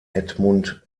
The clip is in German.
edmund